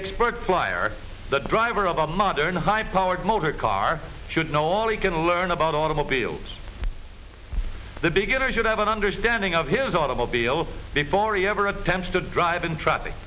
expert flyer the driver of a modern high powered motor car should know all we can learn about automobiles the beginner should have an understanding of his automobile before you ever attempt to drive in traffic